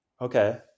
okay